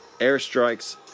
airstrikes